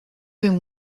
been